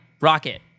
Rocket